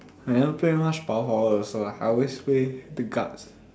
I never play much power forward also ah I always play the guts